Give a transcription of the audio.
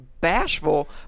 bashful